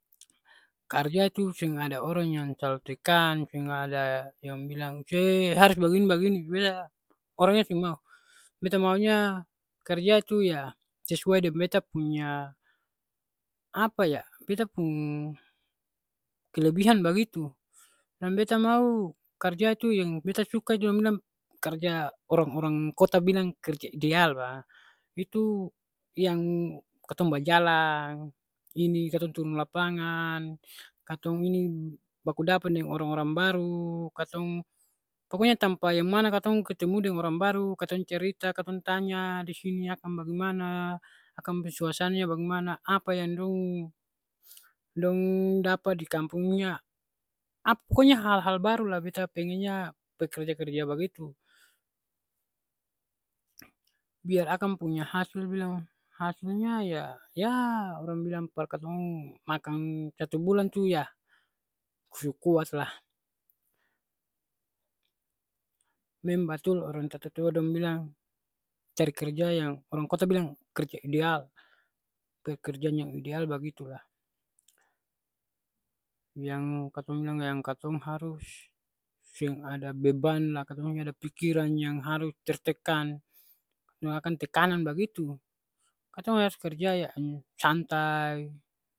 Karja tu seng ada orang yang talalu tekan, seng ada yang bilang se harus bagini-bagini, beta orangnya seng mau. Beta maunya karja tu ya sesuai deng beta punya apa ya, beta pung kelebihan bagitu. Dan beta mau karja tu yang beta suka dong bilang karja orang-orang kota bilang kerja ideal. Itu yang katong bajalang, ini katong turung lapangan, katong ini bakudapa deng orang-orang baru, katong pokonya tampa yang mana katong ketemu deng orang baru, katong cerita katong tanya, disini akang bagemana, akang pung suasananya bagemana, apa yang dong dapa di kampungnya. Ap pokonya hal-hal baru lah beta pengennya par kerja-kerja bagitu. Biar akang punya hasil bilang hasilnya ya, ya orang bilang par katong makang satu bulan tu yah su kuat lah memang batul orang tatua tatua dong bilang cari kerja yang orang kota bilang kerja ideal, pekerjaan yang ideal bagitu lah. Yang katong bilang yang katong harus seng ada beban la katong jua ada pikiran yang harus tertekan, mo akang tekanan bagitu, katong harus kerja ya santai